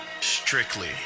strictly